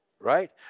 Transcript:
Right